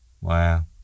Wow